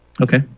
Okay